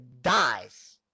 dies